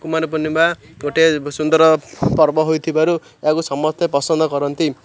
କୁମାର ପୂର୍ଣ୍ଣିମା ଗୋଟିଏ ସୁନ୍ଦର ପର୍ବ ହୋଇଥିବାରୁ ଏହାକୁ ସମସ୍ତେ ପସନ୍ଦ କରନ୍ତି